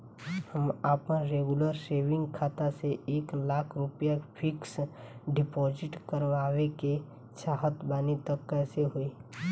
हम आपन regular saving खाता से एक लाख रुपया फिक्स डिपॉज़िट करवावे के चाहत बानी त कैसे होई?